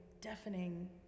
deafening